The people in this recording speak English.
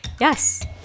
yes